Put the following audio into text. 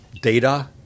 data